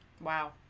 Wow